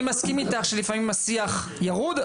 אני מסכים איתך שלפעמים השיח ירוד,